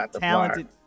talented